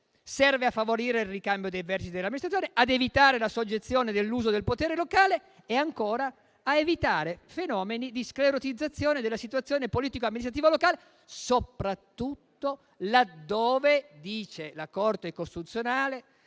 Serve a favorire il ricambio dei vertici dell'amministrazione, ad evitare la soggezione dell'uso del potere locale e, ancora, a evitare fenomeni di sclerotizzazione della situazione politico-amministrativa locale, soprattutto laddove - dice la Corte costituzionale